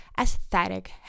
aesthetic